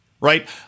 right